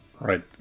Right